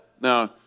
Now